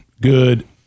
good